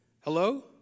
Hello